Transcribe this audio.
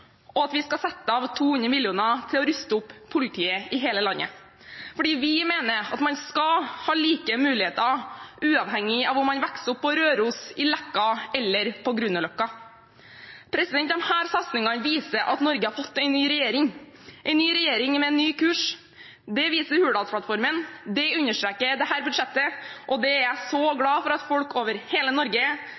vi skal sette av 200 mill. kr til å ruste opp politiet i hele landet. Vi mener at man skal ha like muligheter, uavhengig av om man vokser opp på Røros, i Leka eller på Grünerløkka. Disse satsingene viser at Norge har fått en ny regjering, en ny regjering med en ny kurs. Det viser Hurdalsplattformen, det understreker dette budsjettet, og det er jeg så glad for at folk over hele Norge